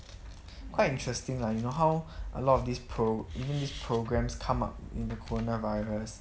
quite interesting lah you know how a lot of this pro even these programs come up in the coronavirus